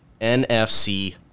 NFC